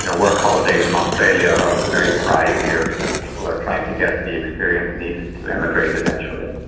you know work holidays in australia are very prized here because people are trying to get the experience needed to emigrate eventually.